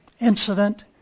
incident